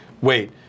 wait